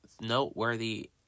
noteworthy